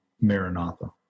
Maranatha